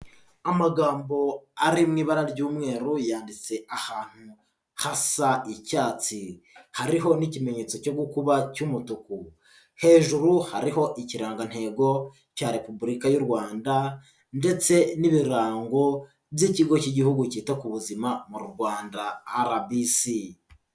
Amagambo ari mu ibara ry'umweru, yanditse ahantu hasa icyatsi . Hariho n'ikimenyetso cyo gukuba cy'umutuku. Hejuru hariho ikirangantego cya Repubulika y'u Rwanda ndetse n'ibirango by'ikigo cy'igihugu cyita ku buzima mu rwanda RBC.